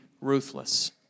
ruthless